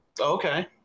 Okay